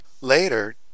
Later